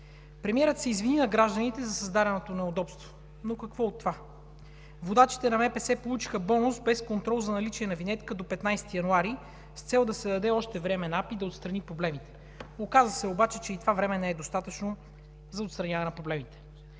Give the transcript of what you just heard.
Премиерът се извини на гражданите за създаденото неудобство, но какво от това? Водачите на МПС получиха бонус – без контрол за наличие на винетка до 15 януари, с цел се даде още време на Агенция „Пътна инфраструктура“ да отстрани проблемите. Оказа се обаче, че и това време не е достатъчно за отстраняване на проблемите.